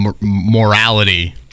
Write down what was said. morality